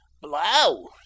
Blow